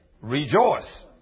rejoice